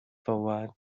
forward